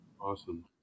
Awesome